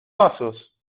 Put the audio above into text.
pasos